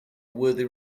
worthy